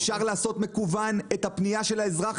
אפשר לעשות מקוון את הפנייה של האזרח